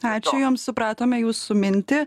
ačiū jums supratome jūsų mintį